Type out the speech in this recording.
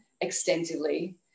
extensively